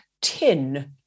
tin